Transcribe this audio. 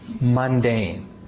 mundane